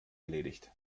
erledigt